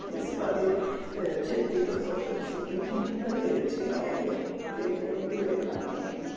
ਇਸ ਬਾਰੇ ਛੇਤੀ ਦੱਸੋ ਕਿ ਤੁਸੀਂ ਕਿੰਨੀ ਦੇਰ 'ਚ ਆਓਗੇ ਅਤੇ ਕਿੰਨੀ ਕੁ ਦੇਰ ਲਗਾਉਣੀ ਹੈਗੀ